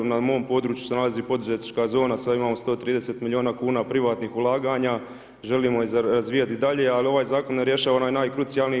Na mom području se nalazi poduzetnička zona sada imamo 130 milijuna kuna privatnih ulaganja, želimo razvijati dalje, ali ovaj zakon ne rješava onaj najkrucijalniji i